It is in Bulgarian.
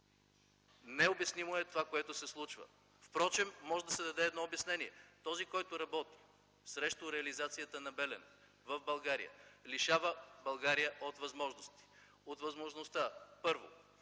Необяснимо е това, което се случва. Впрочем може да се даде едно обяснение – този, който работи срещу реализацията на „Белене” в България, лишава България от възможността: Първо,